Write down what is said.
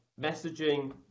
messaging